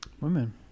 Women